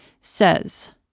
says